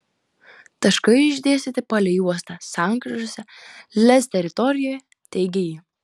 taškai išdėstyti palei uostą sankryžose lez teritorijoje teigė ji